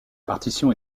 partition